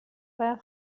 باید